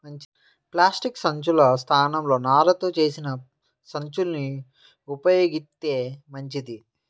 plastic సంచుల స్థానంలో నారతో చేసిన సంచుల్ని ఉపయోగిత్తే మంచిది